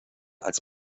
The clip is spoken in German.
als